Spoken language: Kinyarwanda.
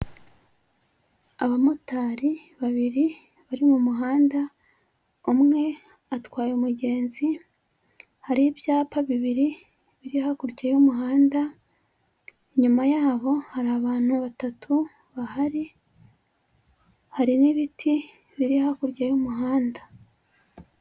Abamotari babiri bari mu muhanda umwe atwaye umugenzi hari ibyapa bibiri biri hakurya y'umuhanda inyuma yaho hari abantu batatu bahari hari n'ibiti biri hakurya y'umuhanda.